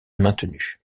maintenue